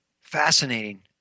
Fascinating